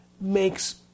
makes